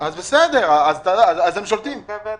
וגם